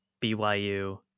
BYU